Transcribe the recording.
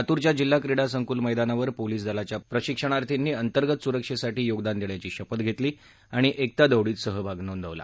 लातूरच्या जिल्हा क्रीडा संकुल मैदानावर पोलीस दलाच्या प्रशिक्षणार्थींनी अंतर्गत सुरक्षेसाठी योगदान देण्याची शपथ घेतली आणि एकता दौडीत सहभाग नोंदवला